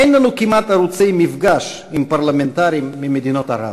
אין לנו כמעט ערוצי מפגש עם פרלמנטרים ממדינות ערב.